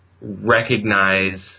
recognize